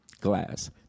glass